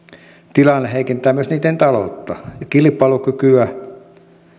tilanne heikentää myös niitten taloutta ja kilpailukykyä